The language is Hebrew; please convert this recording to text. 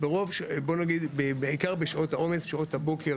בוא נגיד, בעיקר בשעות העומס,